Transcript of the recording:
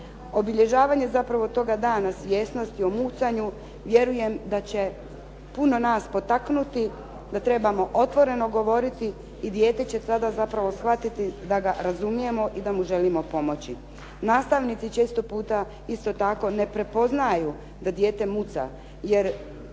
Obilježavanje zapravo toga Dana svjesnosti o mucanju vjerujem da će puno nas potaknuti da trebamo otvoreno govoriti i dijete će tada zapravo shvatiti da ga razumijemo i da mu želimo pomoći. Nastavnici često puta isto tako ne prepoznaju da dijete muca jer